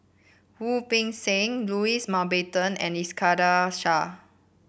Wu Peng Seng Louis Mountbatten and Iskandar Shah